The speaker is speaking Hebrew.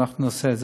ונעשה את זה.